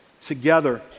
together